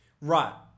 Right